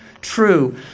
true